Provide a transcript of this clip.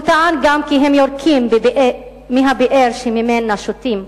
הוא טען גם כי הם יורקים לבאר שממנה שותים,